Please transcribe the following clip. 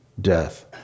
death